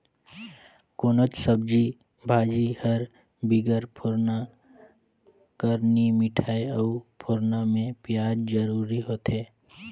कोनोच सब्जी भाजी हर बिगर फोरना कर नी मिठाए अउ फोरना में पियाज जरूरी होथे